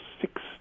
six